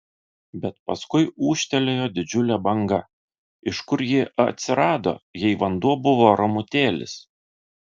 bet paskui ūžtelėjo didžiulė banga iš kur ji atsirado jei vanduo buvo ramutėlis